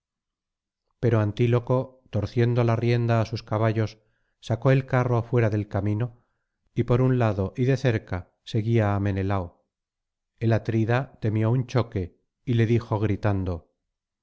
pero antíloco torciendo la rienda á sus caballos sacó el carro fuera del camino y por un lado y de cerca seguía á menelao el atrida temió un choque y le dijo gritando